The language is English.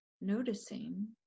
noticing